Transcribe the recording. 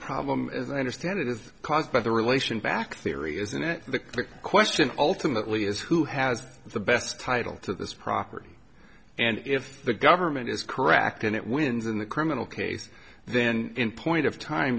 problem as i understand it is caused by the relation back theory isn't it the correct question ultimately is who has the best title to this property and if the government is correct in it wins in the criminal case then in point of time